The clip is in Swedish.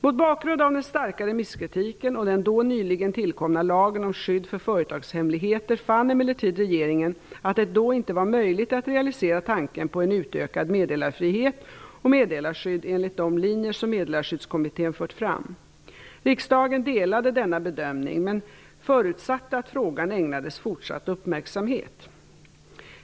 Mot bakgrund av den starka remisskritiken och den då nyligen tillkomna lagen om skydd för företagshemligheter fann emellertid regeringen att det då inte var möjligt att realisera tanken på en utökad meddelarfrihet och ett meddelarskydd enligt de linjer som Meddelarskyddskommittén fört fram. Riksdagen delade denna bedömning, men förutsatte att frågan ägnades fortsatt uppmärksamhet.